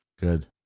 Good